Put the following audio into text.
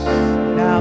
Now